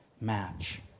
match